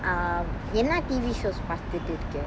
um என்னா:enna T_V shows பார்த்திட்டு இருக்க:patthittu irukka